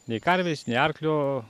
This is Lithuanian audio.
nei karvės nei arklio